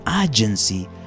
urgency